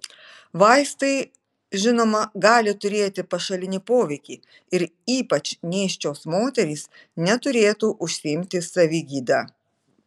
vaistai žinoma gali turėti pašalinį poveikį ir ypač nėščios moterys neturėtų užsiimti savigyda